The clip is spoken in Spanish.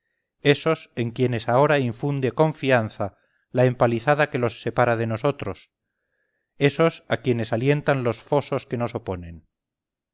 esos en quienes ahora infunde confianza la empalizada que los separa de nosotros esos a quienes alientan los fosos que nos oponen